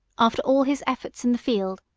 after all his efforts in the field,